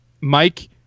Mike